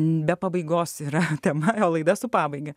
be pabaigos yra tema o laida su pabaiga